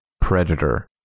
Predator